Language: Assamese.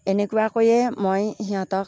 এনেকুৱাকৈয়ে মই সিহঁতক